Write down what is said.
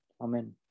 Amen